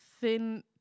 thin